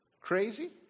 crazy